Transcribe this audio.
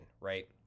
right